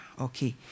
Okay